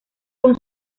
con